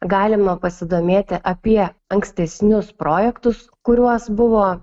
galima pasidomėti apie ankstesnius projektus kuriuos buvo